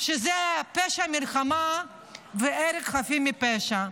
שזה פשע מלחמה והרג חפים מפשע,